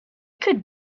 could